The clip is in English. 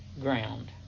ground